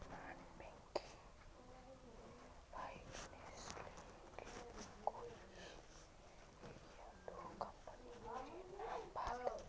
Non banking financial लेर कोई एक या दो कंपनी नीर नाम बता?